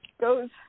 goes